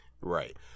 Right